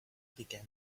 began